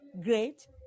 great